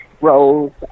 roles